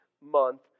month